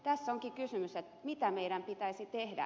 tässä onkin kysymys mitä meidän pitäisi tehdä